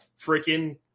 freaking